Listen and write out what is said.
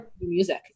music